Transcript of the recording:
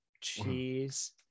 cheese